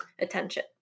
attention